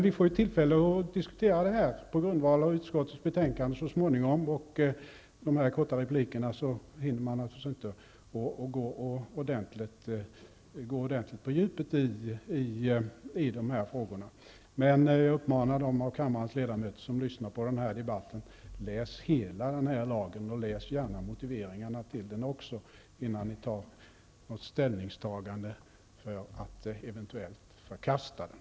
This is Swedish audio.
Vi får tillfälle att diskutera denna fråga på grundval av utskottets betänkande så småningom. I de här korta replikerna hinner man naturligtvis inte gå ordentligt på djupet i de här frågorna. Men jag uppmanar de av kammarens ledamöter som lyssnar på den här debatten att läsa hela den här lagen. Läs gärna motiveringarna till den också, innan ni tar ställning för att eventuellt förkasta den.